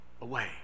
away